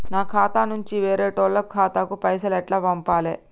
నా ఖాతా నుంచి వేరేటోళ్ల ఖాతాకు పైసలు ఎట్ల పంపాలే?